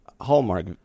Hallmark